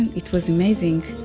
it was amazing.